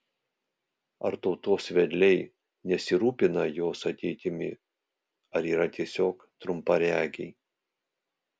ar tautos vedliai nesirūpina jos ateitimi ar yra tiesiog trumparegiai